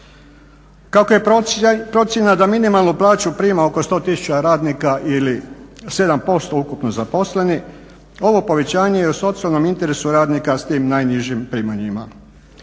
Kako je procjena da minimalnu plaću prima oko 100 tisuća radnika ili 7% ukupno zaposlenih, ovo povećanje je u socijalnom interesu radnika s tim najnižim primanjima.